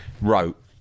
wrote